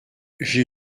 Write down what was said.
j’ai